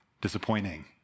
disappointing